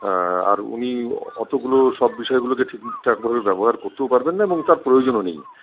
আর উনি অতগুলো সব বিষয়গুলোকে ঠিকঠাক করে ব্যবহার করতেও পারবেন না এবং তার প্রয়োজনও নেই